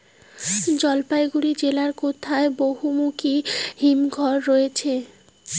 জলপাইগুড়ি জেলায় কোথায় বহুমুখী হিমঘর রয়েছে?